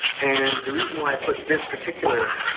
and the reason i put this particular